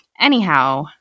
anyhow